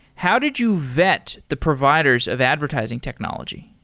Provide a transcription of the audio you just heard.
how did you vet the providers of advertising technology?